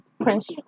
Prince